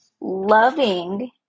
loving